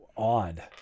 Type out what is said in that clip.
odd